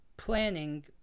planning